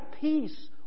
peace